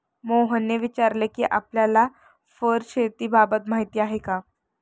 मोहनने विचारले कि आपल्याला फर शेतीबाबत माहीती आहे का?